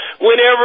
whenever